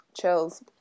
Chills